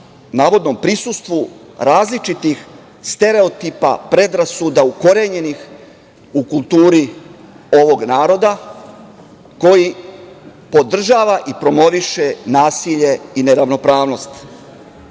navodnom prisustvu različitih stereotipa, predrasuda ukorenjenih u kulturi, ovog naroda, koji podržava i promoviše nasilje i neravnopravnost. Nikako